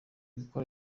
gukora